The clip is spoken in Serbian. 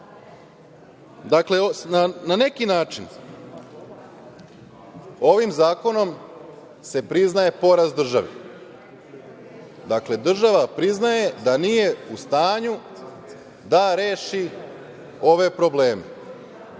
problema. Na neki način, ovim zakonom se priznaje poraz države. Dakle, država priznaje da nije u stanju da reši ove probleme. Podsetiću